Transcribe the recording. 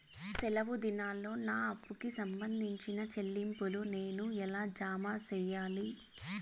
సెలవు దినాల్లో నా అప్పుకి సంబంధించిన చెల్లింపులు నేను ఎలా జామ సెయ్యాలి?